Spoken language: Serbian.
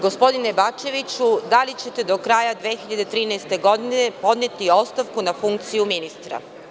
Gospodinu Bačeviću, da li ćete do kraja 2013. godine podneti ostavku na funkciju ministra?